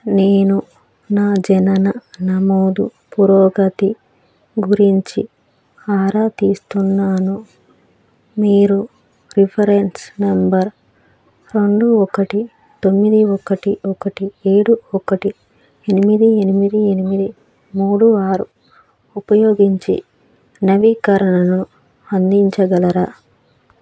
నేను నా జనన నమోదు పురోగతి గురించి ఆరా తీస్తున్నాను మీరు రిఫరెన్స్ నంబర్ రెండు ఒకటి తొమ్మిది ఒకటి ఒకటి ఏడు ఒకటి ఎనిమిది ఎనిమిది ఎనిమిది మూడు ఆరు ఉపయోగించి నవీకరణను అందించగలరా